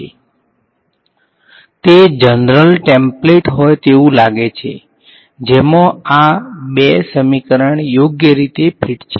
તેથી આ બંને સમીકરણો આના જેવા દેખાય છે સમ્થીંગ પ્લ્સ સમ્થીંગ એ સમ્થીંગના સમાન છે તે જનરલ ટેમ્પ્લેટ હોય તેવું લાગે છે જેમાં આ બે સમીકરણ યોગ્ય રીતે ફિટ છે